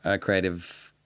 creative